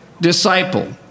disciple